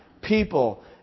people